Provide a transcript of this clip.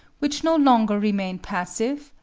which no longer remain passive,